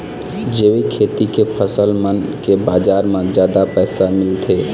जैविक खेती के फसल मन के बाजार म जादा पैसा मिलथे